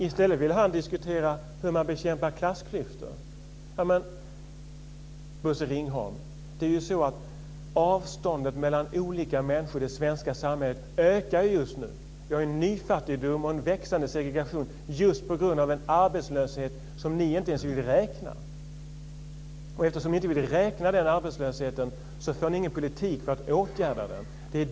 I stället vill han diskutera hur man bekämpar klassklyftor. Bosse Ringholm! Avståndet mellan människor i det svenska samhället ökar just nu. Vi har en nyfattigdom och en växande segregation just på grund av en arbetslöshet som ni inte ens vill räkna på. Eftersom ni inte vill räkna på arbetslösheten för ni inte heller någon politik för att åtgärda den.